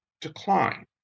decline